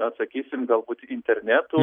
atsakysim galbūt internetu